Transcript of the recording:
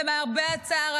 למרבה הצער,